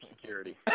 security